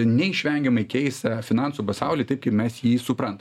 neišvengiamai keis finansų pasaulį taip kaip mes jį suprantam